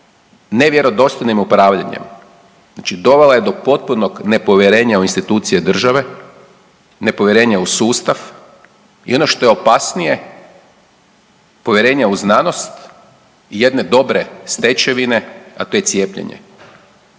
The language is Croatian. nevjerodostojnim upravljanjem, znači dovela je do potpunog nepovjerenja u institucije države, nepovjerenja u sustav i ono što je opasnije povjerenja u znanost jedne dobre stečevine, a to je cijepljenje.